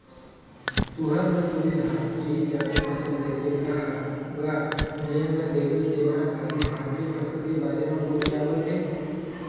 तुंहर मन कोती धान के ही जादा फसल लेथे का गा जेन ल देखबे तेन ह खाली धान के फसल के बारे म गोठियावत हे?